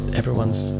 everyone's